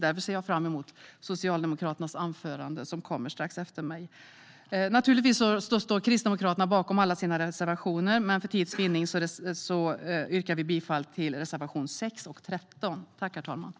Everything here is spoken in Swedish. Därför ser jag fram emot Socialdemokraternas anförande som kommer strax efter mig. Naturligtvis står Kristdemokraterna bakom alla sina reservationer, men för tids vinnande yrkar vi bifall till reservationerna 6 och 13.